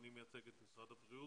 אני מייצג את משרד הבריאות.